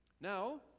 now